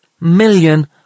million